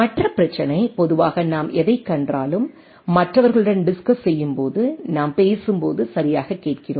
மற்ற பிரச்சினை பொதுவாக நாம் எதைக் கண்டாலும் மற்றவர்களுடன் டிஸ்கஸ் செய்யும் போதுநாம் பேசும்போது சரியாகக் கேட்கிறோம்